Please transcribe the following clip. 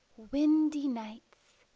windy nights